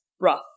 Rough